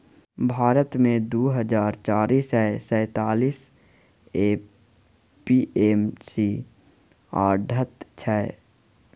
भारत मे दु हजार चारि सय सैंतालीस ए.पी.एम.सी आढ़त छै